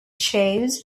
shows